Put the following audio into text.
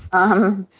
um,